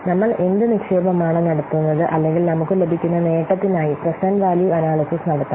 നമ്മൾ എന്ത് നിക്ഷേപമാണ് നടത്തുന്നത് അല്ലെങ്കിൽ നമുക്ക് ലഭിക്കുന്ന നേട്ടത്തിനായി പ്രേസേന്റ്റ് വാല്യൂ അനാല്യ്സിസ് നടത്തണം